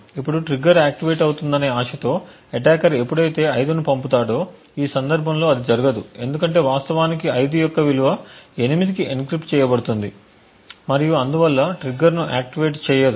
ఇప్పుడు trigger activate అవుతుందనే ఆశతో అటాకర్ ఎప్పుడైతే 5 ను పంపుతాడో ఈ సందర్భంలో అది జరగదు ఎందుకంటే వాస్తవానికి 5 యొక్క విలువ 8 కి ఎన్క్రిప్ట్ చేయబడుతుంది మరియు అందువల్ల ట్రిగ్గర్ను ఆక్టివేట్ చేయదు